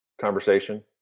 conversation